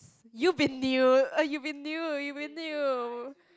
you've been knew you've been knew you've been knew